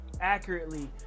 accurately